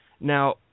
Now